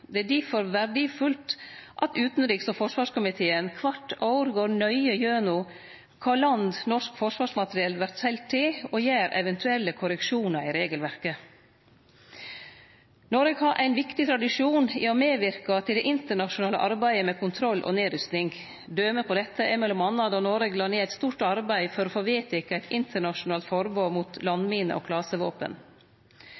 Det er difor verdfullt at utanriks- og forsvarskomiteen kvart år går nøye gjennom kva land norsk forsvarsmateriell vert selt til, og gjer eventuelle korreksjonar i regelverket. Noreg har ein viktig tradisjon i å medverke til det internasjonale arbeidet med kontroll og nedrusting. Døme på dette er m.a. då Noreg la ned eit stort arbeid for å få vedteke eit internasjonalt forbod mot